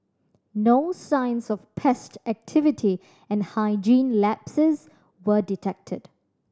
no signs of pest activity and hygiene lapses were detected